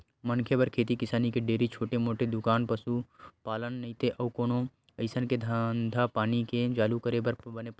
मनखे बर खेती किसानी, डेयरी, छोटे मोटे दुकान, पसुपालन नइते अउ कोनो अइसन के धंधापानी के चालू करे बर बने होथे